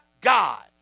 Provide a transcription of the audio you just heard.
God